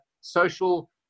social